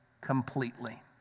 completely